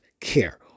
care